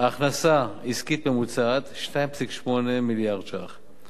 הכנסה עסקית ממוצעת 2.8 מיליארד ש"ח,